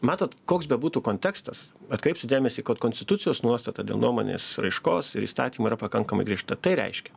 matot koks bebūtų kontekstas atkreipsiu dėmesį kad konstitucijos nuostata dėl nuomonės raiškos ir įstatymo yra pakankamai griežta tai reiškia